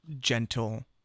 gentle